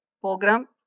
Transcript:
program